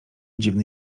dziwny